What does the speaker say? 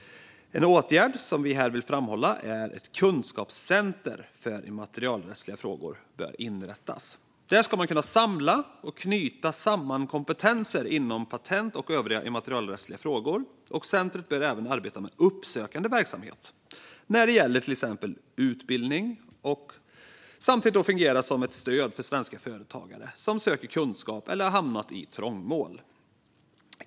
En åtgärd som vi vill framhålla är att ett kunskapscenter för immaterialrättsliga frågor bör inrättas, där man ska kunna samla och knyta samman kompetenser inom patentfrågor och övriga immaterialrättsliga frågor. Centret bör även arbeta med uppsökande verksamhet när det gäller till exempel utbildning och samtidigt fungera som ett stöd för svenska företagare som söker kunskap eller har hamnat i trångmål.